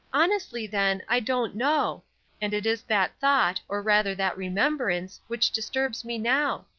honestly, then, i don't know and it is that thought, or rather that remembrance, which disturbs me now.